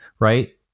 Right